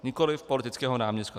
Nikoliv politického náměstka.